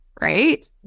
Right